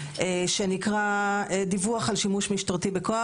שנקרא דיווח על שימוש משטרתי בכוח.